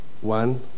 One